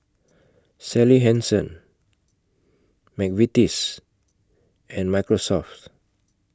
Sally Hansen Mcvitie's and Microsoft